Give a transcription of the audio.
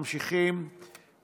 נספחות.] אנחנו ממשיכים בסדר-היום,